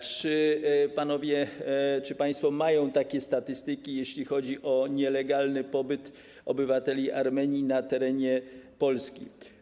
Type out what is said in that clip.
Czy panowie, państwo mają takie statystyki, jeśli chodzi o nielegalny pobyt obywateli Armenii na terenie Polski?